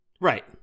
Right